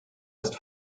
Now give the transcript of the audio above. ist